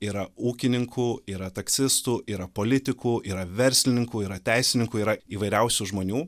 yra ūkininkų yra taksistų yra politikų yra verslininkų yra teisininkų yra įvairiausių žmonių